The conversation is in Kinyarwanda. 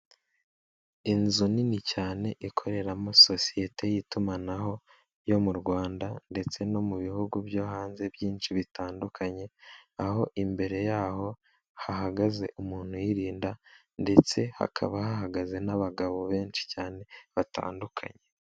Inzu nini cyane, ikoreramo sosiyete y'itumanaho yo mu Rwanda, ndetse no mu bihugu byo hanze byinshi bitandukanye, aho imbere yaho, hahagaze umuntu uyirinda, ndetse hakaba hahagaze n'abagabo benshi cyane, batandukanye.